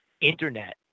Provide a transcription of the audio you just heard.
internet